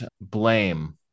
blame